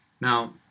Now